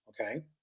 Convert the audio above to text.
Okay